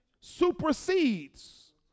supersedes